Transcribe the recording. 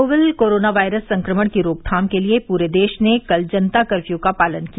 novel corona virus संक्रमण की रोकथाम के लिए प्रे देश ने कल जनता कर्फयू का पालन किया